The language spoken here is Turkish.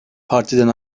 partiden